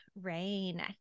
Rain